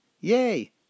yay